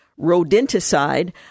rodenticide